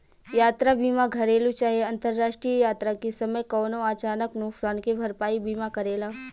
यात्रा बीमा घरेलु चाहे अंतरराष्ट्रीय यात्रा के समय कवनो अचानक नुकसान के भरपाई बीमा करेला